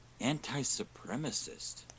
anti-supremacist